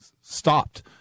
stopped